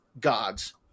God's